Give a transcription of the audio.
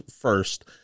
first